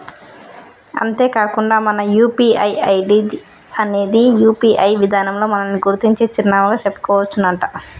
అంతేకాకుండా మన UPI ID అనేది యూ.పీ.ఐ విధానంలో మనల్ని గుర్తించే చిరునామాగా చెప్పుకోవచ్చునంట